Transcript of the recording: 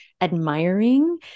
admiring